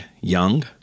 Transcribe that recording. young